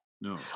no